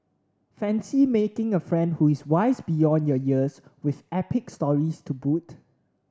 fancy making a friend who is wise beyond your years with epic stories to boot